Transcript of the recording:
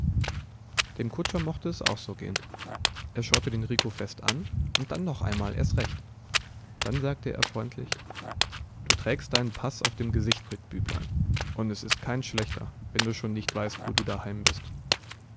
dem kutscher mochte es auch so gehen er schaute den rico fest an und dann noch einmal erst recht dann sagte er freundlich du trägst deinen paß auf dem gesicht mit büblein und es ist kein schlechter wenn du schon nicht weißt wo du daheim bist